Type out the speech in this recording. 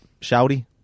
shouty